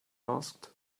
asked